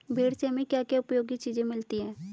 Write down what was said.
भेड़ से हमें क्या क्या उपयोगी चीजें मिलती हैं?